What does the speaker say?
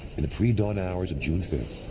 in the pre-dawn hours of june fifth,